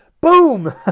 boom